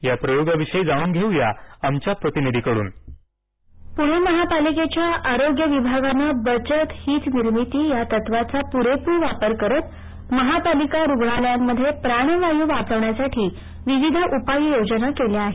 या प्रयोगाविषयी जाणून घेऊया आमच्या प्रतिनिधीकडूनः प्णे महापालिकेच्या आरोग्य विभागानं बचत हीच निर्मिती या तत्त्वाचा पुरेपूर वापर करत महापालिका रुग्णालयांमध्ये प्राणवायू वाचवण्यासाठी विविध उपाययोजनां केल्या आहेत